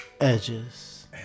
Edges